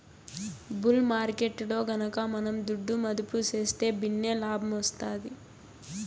bull మార్కెట్టులో గనక మనం దుడ్డు మదుపు సేస్తే భిన్నే లాబ్మొస్తాది